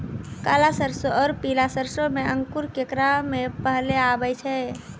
काला सरसो और पीला सरसो मे अंकुर केकरा मे पहले आबै छै?